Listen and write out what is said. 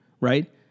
right